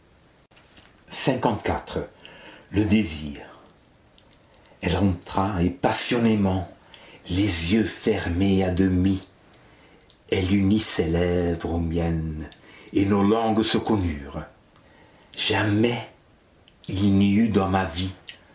le désir elle entra et passionnément les yeux fermés à demi elle unit ses lèvres aux miennes et nos langues se connurent jamais il n'y eut dans ma vie